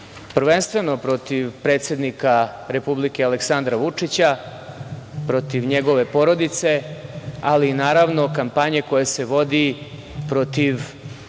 prvenstveno protiv predsednika Republike, Aleksandra Vučića, protiv njegove porodice, ali naravno kampanje koja se vodi protiv